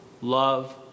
love